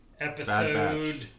episode